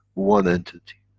one entity.